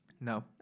No